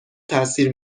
تاثیر